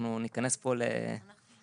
אנחנו ניכנס פה לעניין תקציבי.